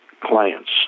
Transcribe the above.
clients